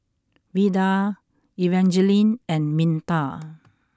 Veda Evangeline and Minta